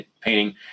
painting